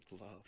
love